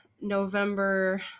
November